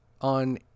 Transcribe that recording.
on